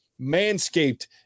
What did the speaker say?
Manscaped